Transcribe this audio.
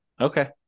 Okay